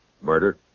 Murder